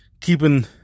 keeping